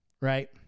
right